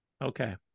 Okay